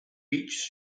beach